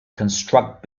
construct